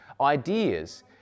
ideas